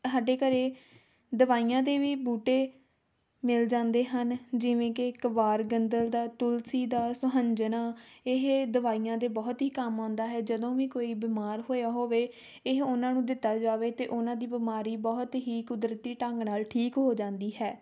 ਸਾਡੇ ਘਰੇ ਦਵਾਈਆਂ ਦੇ ਵੀ ਬੂਟੇ ਮਿਲ ਜਾਂਦੇ ਹਨ ਜਿਵੇਂ ਕਿ ਇੱਕ ਵਾਰ ਗੰਦਲ ਦਾ ਤੁਲਸੀ ਦਾ ਸੁਹੰਜਣਾ ਇਹ ਦਵਾਈਆਂ ਦੇ ਬਹੁਤ ਹੀ ਕੰਮ ਆਉਂਦਾ ਹੈ ਜਦੋਂ ਵੀ ਕੋਈ ਬਿਮਾਰ ਹੋਇਆ ਹੋਵੇ ਇਹ ਉਹਨਾਂ ਨੂੰ ਦਿੱਤਾ ਜਾਵੇ ਤਾਂ ਉਹਨਾਂ ਦੀ ਬਿਮਾਰੀ ਬਹੁਤ ਹੀ ਕੁਦਰਤੀ ਢੰਗ ਨਾਲ ਠੀਕ ਹੋ ਜਾਂਦੀ ਹੈ